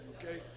Okay